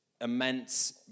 immense